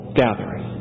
gathering